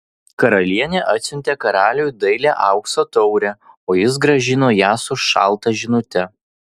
karalienė atsiuntė karaliui dailią aukso taurę o jis grąžino ją su šalta žinute